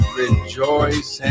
rejoice